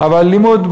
אבל לימוד,